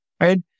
right